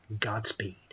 Godspeed